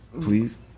please